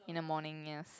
in the morning yes